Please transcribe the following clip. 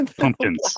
pumpkins